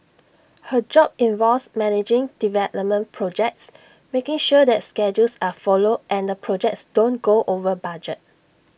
her job involves managing development projects making sure that schedules are followed and the projects don't go over budget